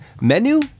Menu